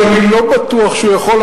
שאני לא בטוח שהוא יכול,